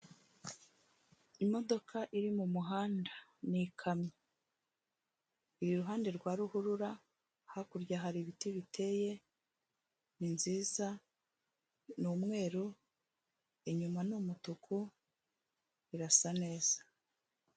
Imodoka iri mu muhanda ni ikamyo iri iruhande rwa ruhurura, hakurya hari ibiti biteye, ni nziza, ni umweru, inyuma ni umutuku, irasa neza.